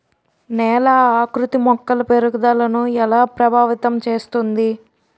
నేల ఆకృతి మొక్కల పెరుగుదలను ఎలా ప్రభావితం చేస్తుంది?